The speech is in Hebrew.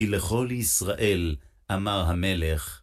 ולכל ישראל, אמר המלך.